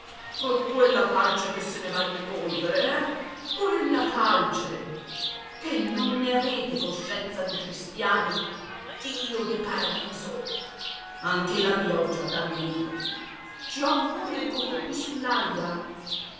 e quella calce che se ne va in polvere eh quella calce che non ne avete coscienza di cristiani dio di paradiso anche la pioggia a danno mio ci ho ancora i covoni